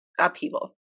Upheaval